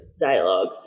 dialogue